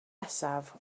nesaf